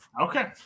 Okay